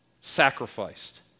sacrificed